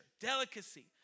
delicacy